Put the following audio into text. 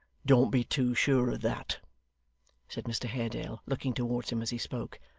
don't be too sure of that said mr haredale, looking towards him as he spoke.